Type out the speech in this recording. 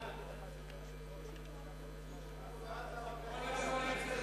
אנחנו בעד.